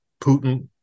Putin